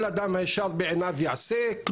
כל אדם הישר בעיניו יעשה.